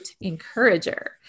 encourager